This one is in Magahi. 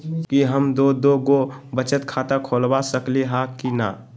कि हम दो दो गो बचत खाता खोलबा सकली ह की न?